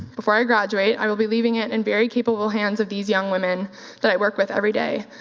before i graduate, i will be leaving it in very capable hands of these young women that i work with everyday.